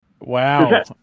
Wow